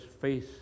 face